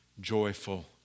joyful